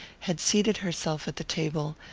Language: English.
had seated herself at the table,